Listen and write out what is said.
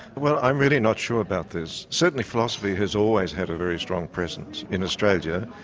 well i'm really not sure about this. certainly philosophy has always had a very strong presence in australia,